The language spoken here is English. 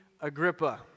Agrippa